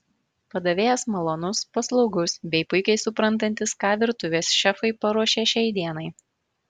padavėjas malonus paslaugus bei puikiai suprantantis ką virtuvės šefai paruošė šiai dienai